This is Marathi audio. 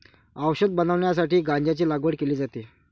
औषध बनवण्यासाठी गांजाची लागवड केली जाते